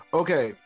okay